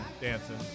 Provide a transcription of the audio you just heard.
dancing